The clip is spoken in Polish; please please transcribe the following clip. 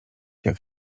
jak